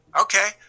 okay